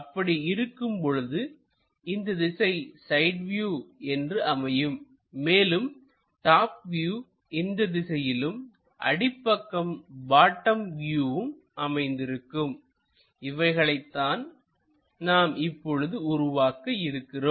அப்படி இருக்கும் பொழுது இந்த திசை சைட் வியூ என்று அமையும் மேலும் டாப் வியூ இந்த திசையிலும்அடிப்பக்கம் பாட்டம் வியூவும் அமைந்திருக்கும் இவைகளைத்தான் நாம் இப்பொழுது உருவாக்க இருக்கிறோம்